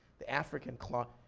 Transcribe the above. the african clawed